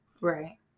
Right